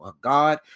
God